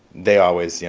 they always, you